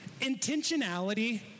Intentionality